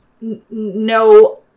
no